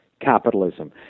capitalism